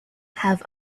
have